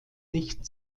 nicht